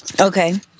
Okay